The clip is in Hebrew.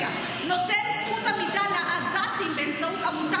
נותן זכות עמידה לעזתים באמצעות עמותה